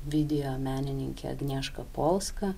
videomenininke agnieška polska